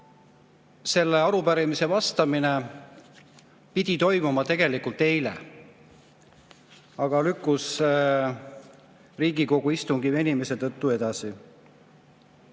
sellele arupärimisele vastamine pidi toimuma tegelikult eile, aga lükkus Riigikogu istungi venimise tõttu edasi.